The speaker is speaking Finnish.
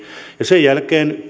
sen jälkeen